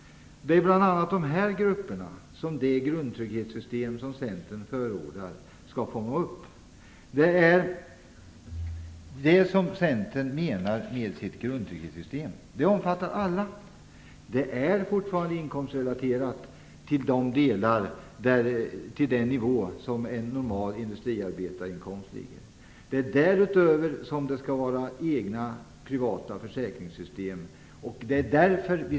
Det är bl.a. dessa grupper som det grundtrygghetssystem som Centern förordar skall hjälpa. Centerns grundtrygghetssystem omfattar alla. Det är fortfarande inkomstrelaterat, dvs. till en normal industriarbetarinkomst. Det är över den nivån som det skall kunna finnas privata försäkringssystem.